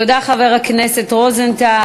תודה, חבר הכנסת רוזנטל.